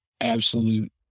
absolute